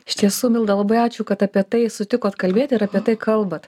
iš tiesų milda labai ačiū kad apie tai sutikot kalbėti ir apie tai kalbat